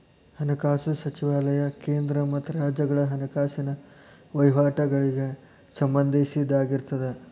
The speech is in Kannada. ಹಣಕಾಸು ಸಚಿವಾಲಯ ಕೇಂದ್ರ ಮತ್ತ ರಾಜ್ಯಗಳ ಹಣಕಾಸಿನ ವಹಿವಾಟಗಳಿಗೆ ಸಂಬಂಧಿಸಿದ್ದಾಗಿರತ್ತ